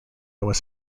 was